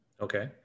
Okay